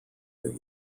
new